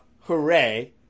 hooray